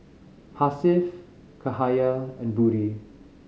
Hasif Cahaya and Budi